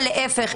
ולהפך,